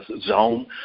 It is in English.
zone